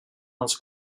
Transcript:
els